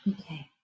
okay